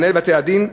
מנהל בתי-הדין.